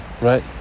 Right